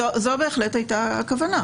זו בהחלט הייתה הכוונה.